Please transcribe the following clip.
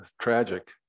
tragic